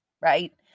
right